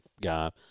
guy